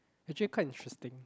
actually quite interesting